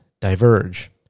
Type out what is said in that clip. diverge